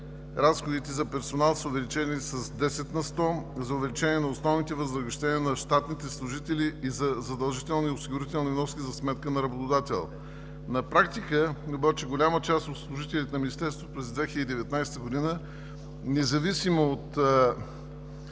разходите за персонал са увеличени с 10 на сто – за увеличение на основните възнаграждения на щатните служители и за задължителни осигурителни вноски за сметка на работодателя. На практика обаче голяма част от служителите на Министерството през 2019 г., независимо от